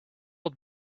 old